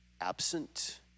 absent